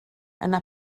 yna